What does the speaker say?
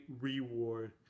reward